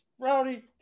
Rowdy